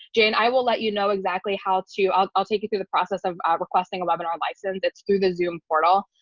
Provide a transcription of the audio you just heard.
jane, i will let you know exactly how to i'll i'll take you through the process of requesting a webinar license. it's through the zoom portal.